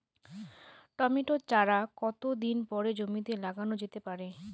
Tomato চারা কতো দিন পরে জমিতে লাগানো যেতে পারে?